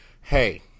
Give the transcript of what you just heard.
hey